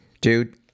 Dude